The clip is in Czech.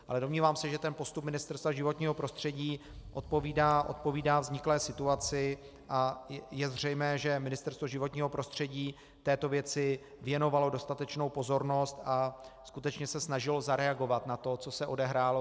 Ale domnívám se, že ten postup Ministerstva životního prostředí odpovídá vzniklé situaci, a je zřejmé, že Ministerstvo životního prostředí této věci věnovalo dostatečnou pozornost a skutečně se snažilo zareagovat na to, co se odehrálo.